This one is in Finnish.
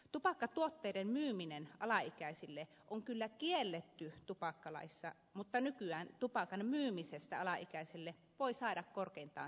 tupakkatuotteiden myyminen alaikäisille on kyllä kielletty tupakkalaissa mutta nykyään tupakan myymisestä alaikäiselle voi saada korkeintaan sakkoa